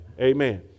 Amen